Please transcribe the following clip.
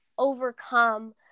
overcome